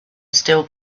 still